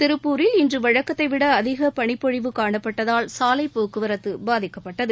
திருப்பூரில் இன்று வழக்கத்தை விட அதிக பனிப்பொழிவு காணப்பட்டதால் சாலைப் போக்குவரத்து பாதிக்கப்பட்டது